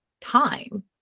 time